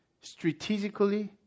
strategically